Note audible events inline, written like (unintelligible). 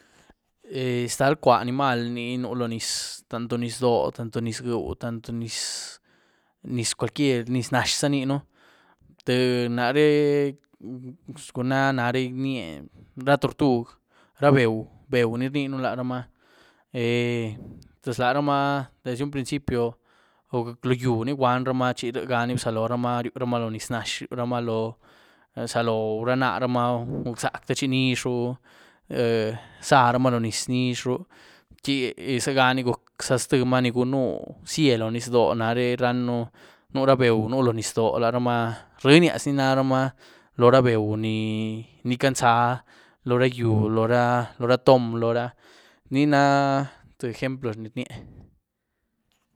(hesitation) ztal cua anímalh ni nu lo nyiz, tanto nyiz dóoh, tanto nyiz gweu, tanto nyiz-nyiz cualquier, nyizh nazh za iniën, tíë naré (hesitation) guna naré inyié ra tortug, ra beuh, beuh ní rniën laramaa (hesitation) pues laramaa desd´ un principio (unintelligible) lo gyiú ni wanyramaa chi rïeganí bzalorumaa rïerumaa lo nyiz nazh, rïoruma lo, zaloh ra naramaa guc´zac´ techi nizhru zaramaa lo nyiz, nizhru. (unintelligible) ziganí guc´za ztïemaa ni gunu zie lo nyiz dóoh nare ranë nu ra beuh nu lo nyiz dóoh la ramaa, rïenyaz ni naramaa lo ra beuh ni-ni canza lo ra yuh, lo ra- lo ra tom, lo ra, ni na tïé ejemplo ni rnie.